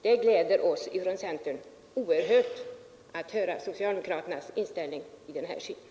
Det gläder oss från centern oerhört att höra socialdemokraternas inställning i den frågan.